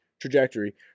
trajectory